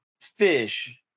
fish